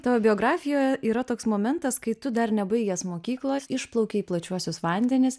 tavo biografijoje yra toks momentas kai tu dar nebaigęs mokyklos išplaukei į plačiuosius vandenis